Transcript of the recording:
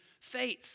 faith